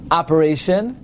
operation